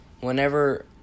whenever